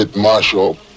Marshall